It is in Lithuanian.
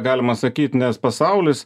galima sakyt nes pasaulis